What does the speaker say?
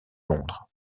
londres